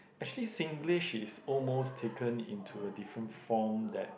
actually Singlish is almost taken into a different form that